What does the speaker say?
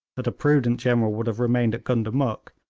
that a prudent general would have remained at gundamuk,